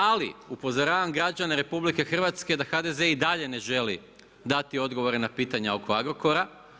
Ali upozoravam građane RH da HDZ i dalje ne želi dati odgovore na pitanja oko Agrokora.